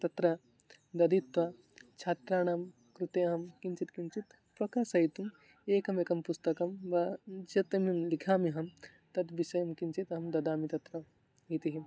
तत्र दत्त्वा छात्राणां कृते अहं किञ्चित् किञ्चित् प्रकाशयितुम् एकम् एकं पुस्तकं वा शतं लिखामि अहं तद्विषयं किञ्चित् अहं ददामि तत्र इति